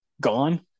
gone